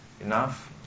Enough